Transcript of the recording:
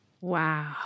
Wow